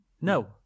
No